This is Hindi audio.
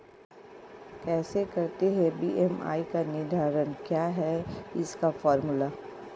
कैसे करते हैं बी.एम.आई का निर्धारण क्या है इसका फॉर्मूला?